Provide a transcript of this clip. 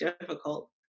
difficult